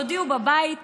תודיעו בבית לאישה,